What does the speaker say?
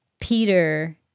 Peter